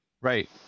Right